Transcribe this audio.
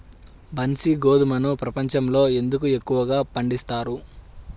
బన్సీ గోధుమను ప్రపంచంలో ఎందుకు ఎక్కువగా పండిస్తారు?